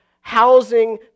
housing